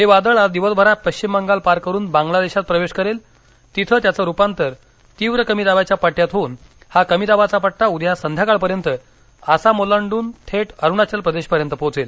हे वादळ आज दिवसभरात पश्चिम बंगाल पार करून बांगलादेशात प्रवेश करेल तिथे त्याचं रुपांतर तीव्र कमी दाबाच्या पट्टयात होऊल हा कमी दाबाचा पट्टा उद्या संध्याकाळ पर्यंत असाम ओलांडून थेट अरुणाचल प्रदेश पर्यंत पोहोचेल